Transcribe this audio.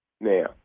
now